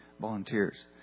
volunteers